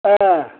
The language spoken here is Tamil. ஆ